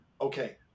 okay